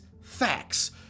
facts